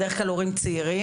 בדרך כלל הורים צעירים,